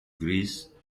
greece